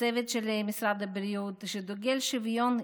שדוגל בשוויון,